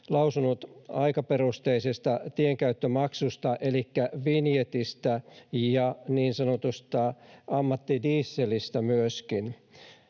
lausunut aikaperusteisesta tienkäyttömaksusta elikkä vinjetistä ja myöskin niin sanotusta ammattidieselistä. Silloin